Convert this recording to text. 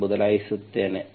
ಎಂದು ಬದಲಾಯಿಸುತ್ತೇನೆ